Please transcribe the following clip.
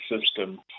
system